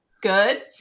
good